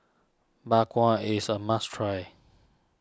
Bak Kwa is a must try